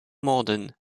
morden